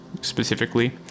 Specifically